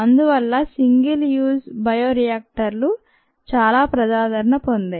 అందువల్ల single use bio రియాక్టర్లు చాలా ప్రజాదరణ పొందాయి